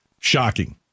Shocking